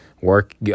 work